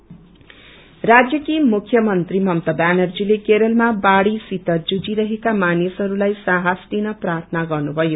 ममता पेयर राज्यकी मुख्यमन्त्री ममता व्यानर्जीले केरलमा वाढ़सित जुझीरहेका मानिसहरूलाई साहस दिन प्रार्थना गर्नुभयो